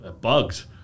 bugs